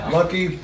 Lucky